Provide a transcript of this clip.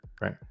Right